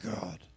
God